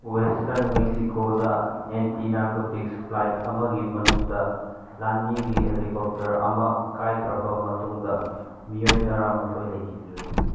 western Mexico anti narcotics flight ꯑꯃꯒꯤ ꯃꯅꯨꯡꯗ ꯂꯥꯟꯃꯤꯒꯤ ꯍꯦꯂꯤꯀꯣꯞꯇꯔ ꯑꯃ ꯀꯥꯏꯈ꯭ꯔꯕ ꯃꯇꯨꯡꯗ ꯃꯤꯑꯣꯏ ꯇꯔꯥꯃꯥꯊꯣꯏ ꯂꯩꯈꯤꯗ꯭ꯔꯦ